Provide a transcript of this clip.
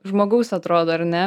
žmogaus atrodo ar ne